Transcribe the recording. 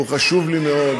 והוא חשוב לי מאוד,